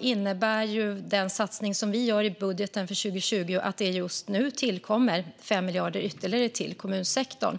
innebär den satsning som vi gör i budgeten för 2020 att det nu tillkommer ytterligare 5 miljarder till kommunsektorn.